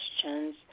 questions